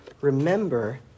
Remember